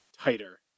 tighter